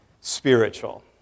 spiritual